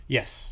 Yes